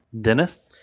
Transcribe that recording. Dennis